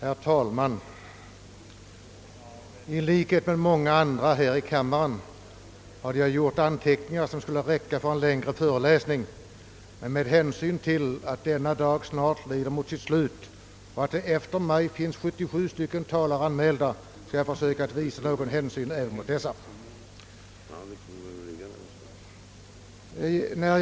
Herr talman! I likhet med många andra ledamöter här i kammaren har jag gjort anteckningar, som skulle räcka till en längre föreläsning. Men dagen lider mot sitt slut, och jag skall försöka att visa någon hänsyn även till de 77 talare som står antecknade efter mig.